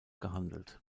gehandelt